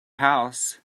house